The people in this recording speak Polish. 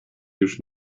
już